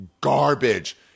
garbage